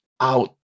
out